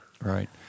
Right